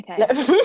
Okay